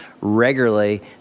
regularly